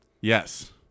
Yes